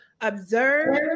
observe